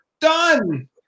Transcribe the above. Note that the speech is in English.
done